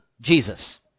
Jesus